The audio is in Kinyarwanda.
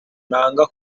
nanga